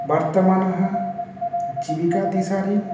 वर्तमानः जीविकादिशारी